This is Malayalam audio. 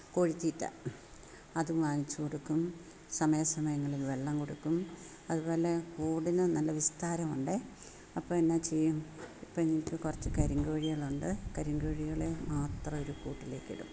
കോഴിത്തീറ്റ അതും വാങ്ങിച്ചു കൊടുക്കും സമയാസമയങ്ങളില് വെള്ളം കൊടുക്കും അതു പോലെ കൂടിന് നല്ല വിസ്താരമുണ്ടേ അപ്പം എന്നാൽ ചെയ്യും ഇപ്പം എനിക്ക് കുറച്ചു കരിങ്കോഴികളുണ്ട് കരിങ്കോഴികളെ മാത്രം ഒരു കൂട്ടിലേക്കിടും